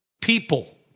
people